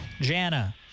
Jana